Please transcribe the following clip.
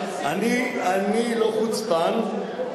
אני לא חוצפן,